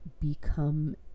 become